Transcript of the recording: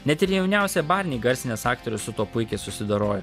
net ir jauniausią barnį garsinęs aktorius su tuo puikiai susidorojo